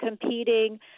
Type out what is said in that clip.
competing